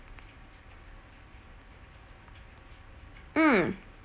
mm